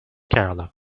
kerala